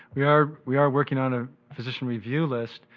we are, we are working on a physician review list,